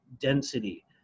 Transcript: density